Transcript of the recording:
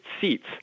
seats